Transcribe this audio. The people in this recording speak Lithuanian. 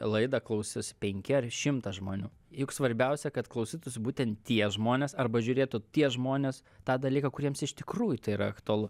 laidą klausys penki ar šimtas žmonių juk svarbiausia kad klausytųs būtent tie žmonės arba žiūrėtų tie žmonės tą dalyką kuriems iš tikrųjų tai yra aktualu